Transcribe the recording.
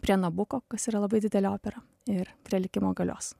prie nabuko kas yra labai didelė opera ir prie likimo galios